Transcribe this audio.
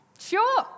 sure